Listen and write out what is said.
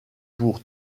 pour